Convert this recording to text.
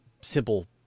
simple